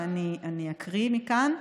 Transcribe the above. ואני אקריא מכאן: